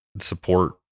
support